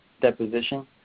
deposition